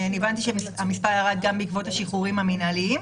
הבנתי שהמספר ירד גם בעקבות השחרורים המינהלים.